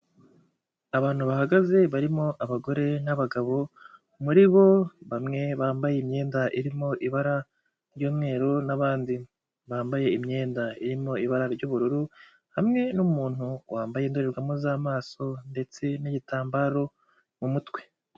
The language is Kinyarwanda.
Abantu bahagaze barimo abagore n'abagabo, muri bo bamwe bambaye imyenda irimo ibara ry'umweru n'abandi bambaye imyenda irimo ibara ry'ubururu, hamwe n'umuntu wambaye indorerwamo z'amaso ndetse n'igitambaro mu mutwe.